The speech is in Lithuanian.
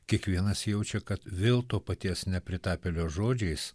kiekvienas jaučia kad vėl to paties nepritapėlio žodžiais